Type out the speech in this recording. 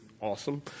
awesome